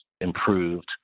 improved